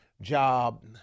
Job